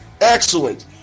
Excellent